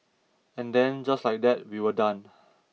and then just like that we were done